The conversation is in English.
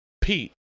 Pete